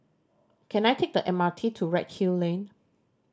can I take the M R T to Redhill Lane